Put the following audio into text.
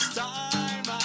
time